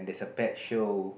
it's a pet show